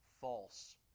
false